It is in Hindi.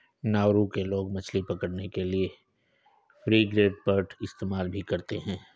नाउरू के लोग मछली पकड़ने के लिए फ्रिगेटबर्ड का इस्तेमाल भी करते हैं